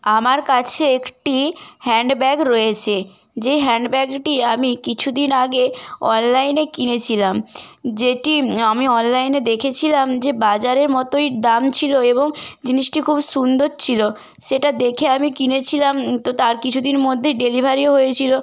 আমার কাছে একটি হ্যান্ড ব্যাগ রয়েছে যে হ্যান্ড ব্যাগটি আমি কিছুদিন আগে অনলাইনে কিনেছিলাম যেটি আমি অনলাইনে দেখেছিলাম যে বাজারের মতোই দাম ছিল এবং জিনিসটি খুব সুন্দর ছিল সেটা দেখে আমি কিনেছিলাম তো তার কিছু দিন মধ্যেই ডেলিভারিও হয়েছিল